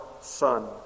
Son